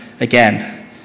Again